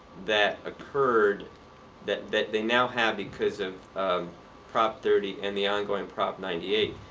that occurred that that they now have because of prop thirty and the ongoing prop ninety eight.